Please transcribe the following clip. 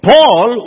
Paul